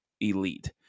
elite